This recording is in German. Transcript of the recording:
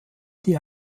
die